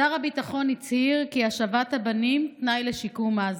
שר הביטחון הצהיר כי השבת הבנים היא תנאי לשיקום עזה.